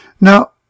Now